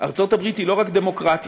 שארצות הברית היא לא רק דמוקרטיה,